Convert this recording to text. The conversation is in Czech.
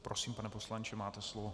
Prosím, pane poslanče, máte slovo.